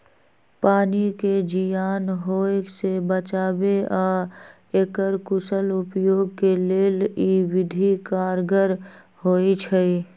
पानी के जीयान होय से बचाबे आऽ एकर कुशल उपयोग के लेल इ विधि कारगर होइ छइ